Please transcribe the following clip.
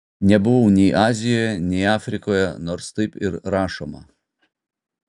nebuvau nei azijoje nei afrikoje nors taip ir rašoma